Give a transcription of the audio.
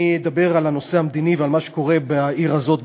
אני אדבר על הנושא המדיני ועל מה שקורה בעיר הזאת,